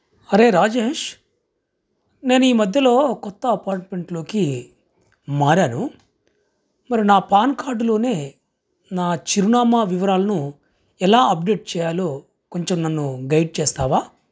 అరే రాజేష్ నేను ఈ మధ్యలో కొత్త అపార్ట్మెంట్లోకి మారాను మరి నా పాన్కార్డ్లోనే నా చిరునామా వివరాలను ఎలా అప్డేట్ చేయాలో కొంచెం నన్ను గైడ్ చేస్తావా